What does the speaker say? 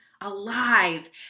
alive